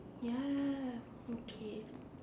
ya okay